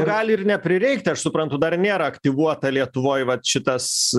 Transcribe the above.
gali ir neprireikti aš suprantu dar nėra aktyvuota lietuvoj vat šitas